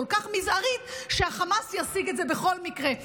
כך מזערית שהחמאס ישיג את זה בכל מקרה.